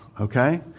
okay